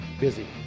busy